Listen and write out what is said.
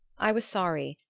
i was sorry,